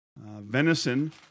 Venison